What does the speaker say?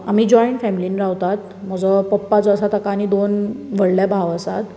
आमी जोयन्ट फॅमिलीन रावतात म्हजो पप्पा जो आसा ताका आनी दोन व्हडले भाव आसात